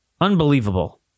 Unbelievable